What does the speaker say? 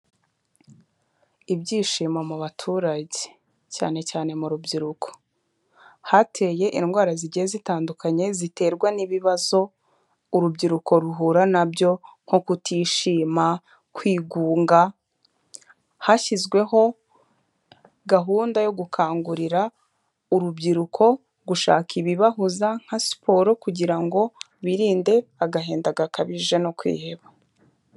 Ibyishimo mu baturage cyane cyane mu rubyiruko. Hateye indwara zigiye zitandukanye ziterwa n'ibibazo urubyiruko ruhura na byo nko kutishima, kwigunga. Hashyizweho gahunda yo gukangurira urubyiruko gushaka ibibahuza nka siporo kugira ngo birinde agahinda gakabije no kwiheba.